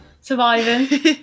Surviving